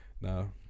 No